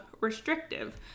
restrictive